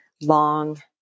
long